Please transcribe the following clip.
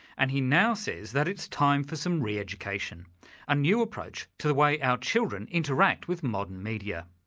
and he now says that it's time for some re-education a new approach to the way our children interact with modern media.